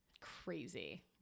Crazy